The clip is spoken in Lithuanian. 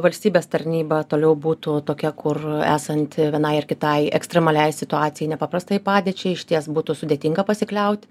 valstybės tarnyba toliau būtų tokia kur esant vienai ar kitai ekstremaliai situacijai nepaprastajai padėčiai išties būtų sudėtinga pasikliaut